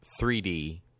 3D